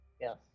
Yes